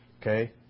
Okay